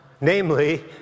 namely